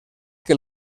que